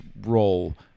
role